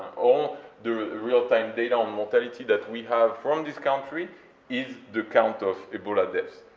or the real-time data on mortality that we have from this country is the count of ebola deaths,